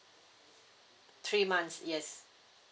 three months yes